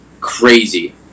crazy